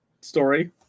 story